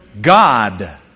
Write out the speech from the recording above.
God